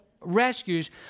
rescues